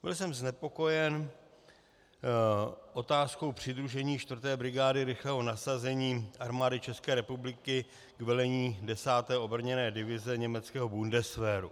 Byl jsem znepokojen otázkou přidružení 4. brigády rychlého nasazení Armády České republiky k vedení 10. obrněné divize německého Bundeswehru.